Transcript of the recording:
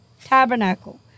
tabernacle